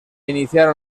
iniciaron